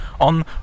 on